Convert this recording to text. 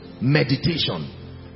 Meditation